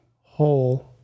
whole